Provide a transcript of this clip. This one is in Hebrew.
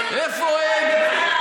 הן?